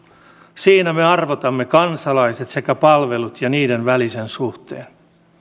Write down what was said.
siinä me arvotamme kansalaiset sekä palvelut ja niiden välisen suhteen